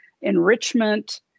enrichment